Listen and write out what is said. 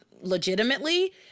legitimately